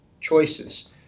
choices